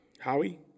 Howie